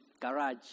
garage